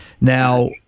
Now